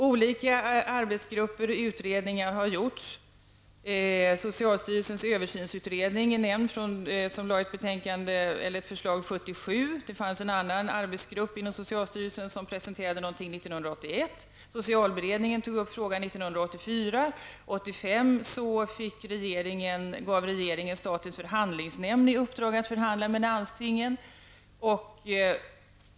Olika arbetsgrupper har funnits och utredningar har gjorts. Socialstyrelsens översynsutredning lade fram sitt förslag 1977. En annan arbetsgrupp inom socialstyrelsen presenterade sitt arbete 1981. Socialberedningen tog upp frågan 1984. 1985 gav regeringen statens förhandlingsnämnd i uppdrag att förhandla med landstingen.